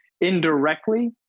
indirectly